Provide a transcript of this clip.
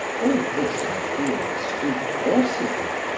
all this i feel so forcibly,